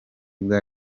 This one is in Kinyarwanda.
bwa